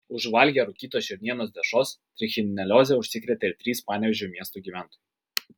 užvalgę rūkytos šernienos dešros trichinelioze užsikrėtė ir trys panevėžio miesto gyventojai